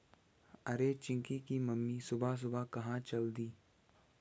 अरे चिंकी की मम्मी सुबह सुबह कहां चल दी?